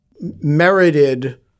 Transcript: merited